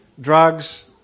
drugs